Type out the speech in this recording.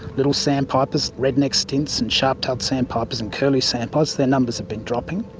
little sandpipers, red-necked stints and sharp-tailed sandpipers and curlew sandpipers, their numbers have been dropping,